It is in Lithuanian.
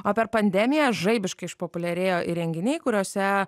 o per pandemiją žaibiškai išpopuliarėjo įrenginiai kuriuose